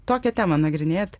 tokią temą nagrinėjat